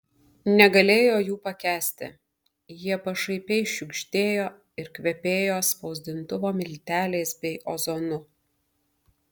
negalėjo jų pakęsti jie pašaipiai šiugždėjo ir kvepėjo spausdintuvo milteliais bei ozonu